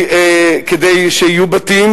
כדי שיהיו בתים,